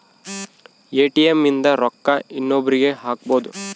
ATM ಇಂದ ರೊಕ್ಕ ಇನ್ನೊಬ್ರೀಗೆ ಹಕ್ಬೊದು